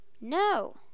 No